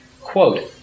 Quote